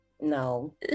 no